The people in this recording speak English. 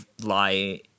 lie